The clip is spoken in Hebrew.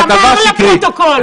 אמר לפרוטוקול.